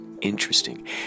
interesting